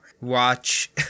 watch